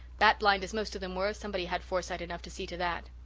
bat-blind as most of them were somebody had foresight enough to see to that.